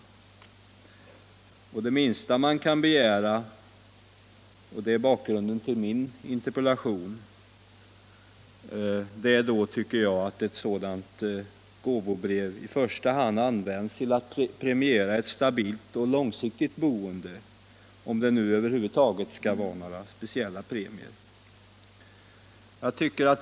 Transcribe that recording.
Jag tycker att det minsta man kan begära — och det är bakgrunden till min interpellation — är att ett sådant gåvobrev i första hand används till att premiera ett stabilt och långsiktigt boende, om det nu över huvud taget skall vara några speciella premier.